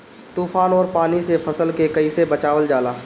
तुफान और पानी से फसल के कईसे बचावल जाला?